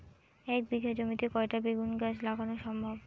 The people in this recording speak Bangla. এক বিঘা জমিতে কয়টা বেগুন গাছ লাগানো সম্ভব?